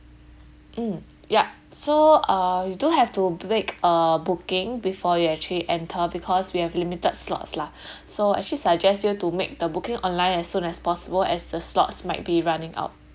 mm ya so uh you don't have to make a booking before you actually enter because we have limited slots lah so actually suggest you to make the booking online as soon as possible as the slots might be running out